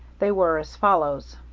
they were as follows